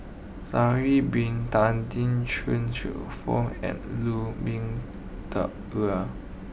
Sha'ari Bin Tadin Chuang Hsueh Fang and Lu Ming Teh Earl